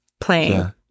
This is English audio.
playing